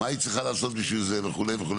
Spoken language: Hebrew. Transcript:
מה היא צריכה לעשות בשביל זה וכו' וכו'.